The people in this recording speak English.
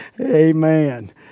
Amen